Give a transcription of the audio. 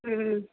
ਹਮ